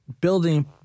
building